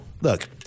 look